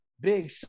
big